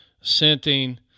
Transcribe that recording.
scenting